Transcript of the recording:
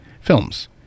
films